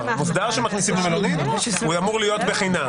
הוא אמור להיות בחינם.